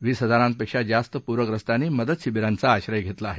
वीस हजारांहून जास्त पूर्खस्तांनी मदत शिबिरांचा आश्रय घेतला आहे